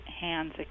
hands